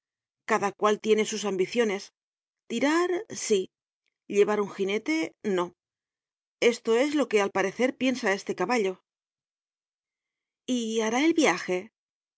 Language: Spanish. cada cual tiene sus ambiciones tirar sí llevar un ginete no esto es lo que al parecer piensa este caballo y hará el viajé